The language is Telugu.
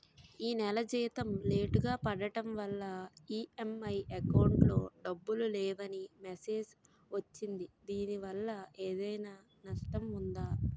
ఈ నెల జీతం లేటుగా పడటం వల్ల ఇ.ఎం.ఐ అకౌంట్ లో డబ్బులు లేవని మెసేజ్ వచ్చిందిదీనివల్ల ఏదైనా నష్టం ఉందా?